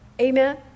Amen